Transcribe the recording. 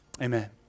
Amen